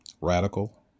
radical